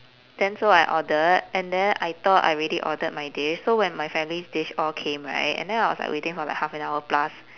then so I ordered and then I thought I already ordered my dish so when my family's dish all came right and then I was like waiting for like half an hour plus